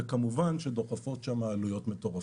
וכמובן שדוחפות שם עלויות מטורפות.